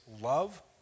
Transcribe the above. love